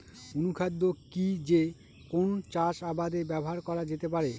অনুখাদ্য কি যে কোন চাষাবাদে ব্যবহার করা যেতে পারে?